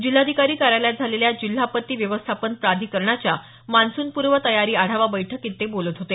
जिल्हाधिकारी कार्यालयात झालेल्या जिल्हा आपत्ती व्यवस्थापन प्राधिकरणाच्या मान्सूनपूर्व तयारी आढावा बैठकीत ते बोलत होते